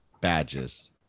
badges